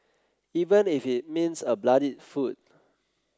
even if it means a bloodied foot